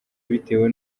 bitewe